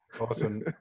Awesome